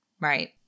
right